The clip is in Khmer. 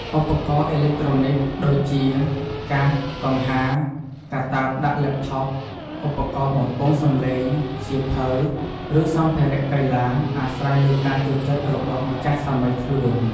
ឧបករណ៍អេឡិចត្រូនិកដូចជា កាស កង្ហា កាតាបដាក់ laptop ឧបករណ៍បំពងសម្លេង សៀវភៅ ឬសម្ភារៈកីឡា: អាស្រ័យលើការចូលចិត្តរបស់ម្ចាស់សាមីខ្លួន។